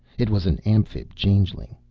it was an amphib-changeling.